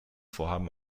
vorhaben